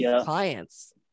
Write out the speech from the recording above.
clients